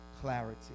clarity